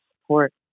support